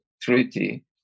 Treaty